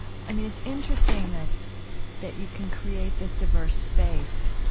i mean, it's interesting that that you can create this diverse space,